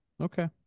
Okay